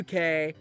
UK